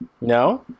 No